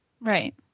Right